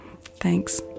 Thanks